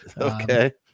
okay